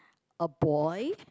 a boy